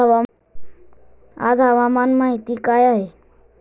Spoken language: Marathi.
आज हवामान माहिती काय आहे?